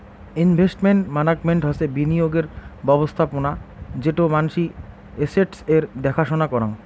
investment management হসে বিনিয়োগের ব্যবস্থাপোনা যেটো মানসি এস্সেটস এর দ্যাখা সোনা করাং